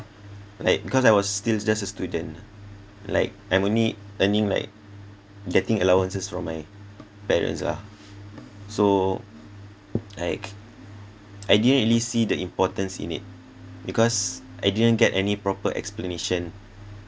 like cause I was still just a student like I'm only earning like getting allowances from my parents lah so like I didn't really see the importance in it because I didn't get any proper explanation